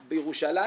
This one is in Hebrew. בירושלים?